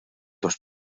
dos